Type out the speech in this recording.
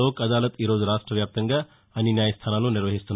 లోక్ అదాలత్ ఈ రోజు రాష్ట్ర వ్యాప్తంగా అన్ని న్యాయస్థానాల్లో నిర్వహిస్తున్నారు